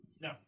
No